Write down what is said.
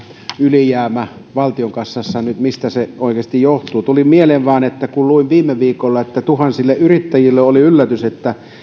ylijäämä valtion kassassa nyt oikeasti johtuu tuli vain mieleen se kun luin viime viikolla että tuhansille yrittäjille oli yllätys että